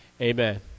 Amen